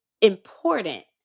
important